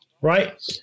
Right